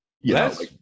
Yes